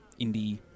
indie